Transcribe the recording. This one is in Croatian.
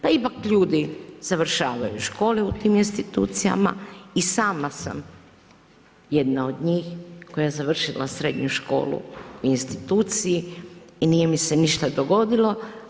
Pa ipak ljudi završavaju škole u tim institucijama i sama sam jedna od njih koja je završila srednju školu u instituciji i nije mi se ništa dogodilo.